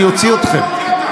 אני אוציא אתכם.